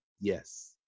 Yes